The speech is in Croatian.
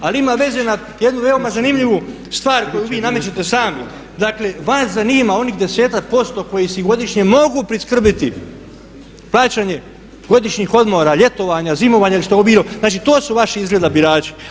Ali ima veze na jednu veoma zanimljivu stvar koju vi namećete sami, dakle vas zanima onih desetak posto koji si godišnje mogu priskrbiti plaćanje godišnjih odmora, ljetovanja, zimovanja ili što bilo, znači to su vaši izgleda birači.